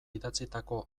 idatzitako